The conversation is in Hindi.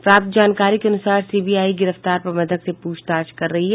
प्राप्त जानकारी के अनुसार सीबीआई गिरफ्तार प्रबंधक से पूछताछ कर रही है